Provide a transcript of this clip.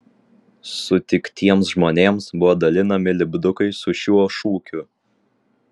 sutiktiems žmonėms buvo dalinami lipdukai su šiuo šūkiu